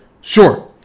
Sure